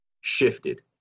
shifted